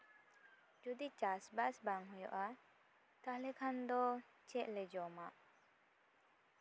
ᱡᱩᱫᱤ ᱪᱟᱥᱼᱵᱟᱥ ᱵᱟᱝ ᱦᱩᱭᱩᱜᱼᱟ ᱛᱟᱦᱚᱞᱮ ᱠᱷᱟᱱ ᱫᱚ ᱪᱮᱫ ᱞᱮ ᱡᱚᱢᱟ